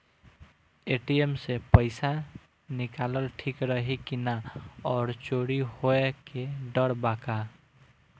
ATM से पईसा निकालल ठीक रही की ना और चोरी होये के डर बा का?